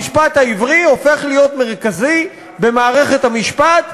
המשפט העברי הופך להיות מרכזי במערכת המשפט.